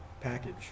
package